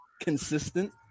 consistent